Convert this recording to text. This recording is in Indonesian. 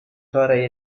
sore